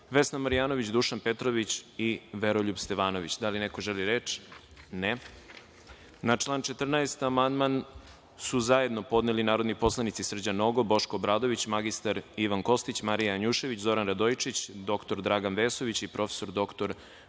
Vesna Marjanović, Dušan Petrović i Veroljub Stevanović. Da li neko želi reč? (Ne)Na član 14. amandman su zajedno podneli narodni poslanici Srđan Nogo, Boško Obradović, mr Ivan Kostić, Marija Janjušević, Zoran Radojičić, dr Dragan Vesović i prof. dr